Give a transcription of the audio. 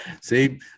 See